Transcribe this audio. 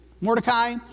Mordecai